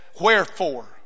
wherefore